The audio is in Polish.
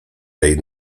tej